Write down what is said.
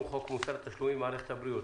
חוק מוסר תשלומים במערכת הבריאות.